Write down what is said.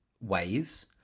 ways